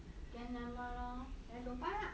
then never mind lor then don't buy lah